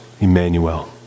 Emmanuel